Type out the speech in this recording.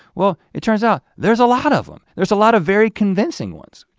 well it turns out, there's a lot of them. there's a lot of very convincing ones.